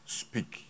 speak